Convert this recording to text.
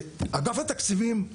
שאגף התקציבים,